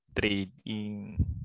trading